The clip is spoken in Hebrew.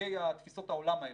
חלקי תפיסות העולם האלה.